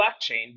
blockchain